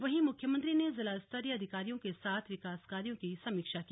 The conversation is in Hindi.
वहीं मुख्यमंत्री ने जिलास्तरीय अधिकारियों के साथ विकास कार्यों की समीक्षा की